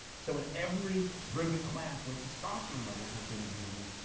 so in every vertebrate class where testosterone levels had been examined,